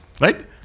Right